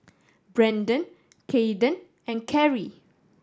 Brendan Kaeden and Carry